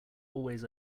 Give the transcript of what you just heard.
always